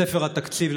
בספר התקציב,